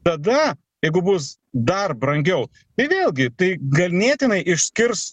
tada jeigu bus dar brangiau tai vėlgi tai ganėtinai išskirs